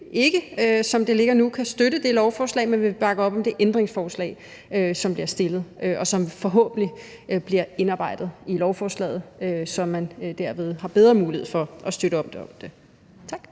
ikke, som det ligger nu, kan støtte det her lovforslag, men vi vil bakke op om det ændringsforslag, som bliver stillet, og som forhåbentlig bliver indarbejdet i lovforslaget, så man derved har bedre mulighed for at støtte op om det. Tak.